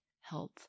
health